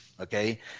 Okay